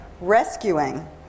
rescuing